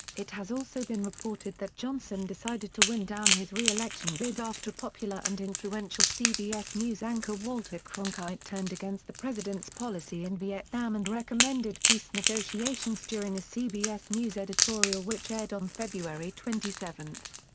it has also been reported that johnson decided to wind down his re-election bid after popular and influential cbs news anchor walter cronkite turned against the president's policy in vietnam and recommended peace negotiations during a cbs news editorial which aired on february twenty seven.